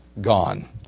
gone